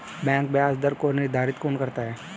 Bank ब्याज दर को निर्धारित कौन करता है?